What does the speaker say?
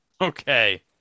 Okay